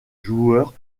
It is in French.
joueur